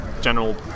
general